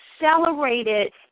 accelerated